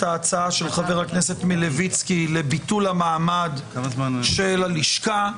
ההצעה של חבר הכנסת מלביצקי לביטול המעמד של הלשכה.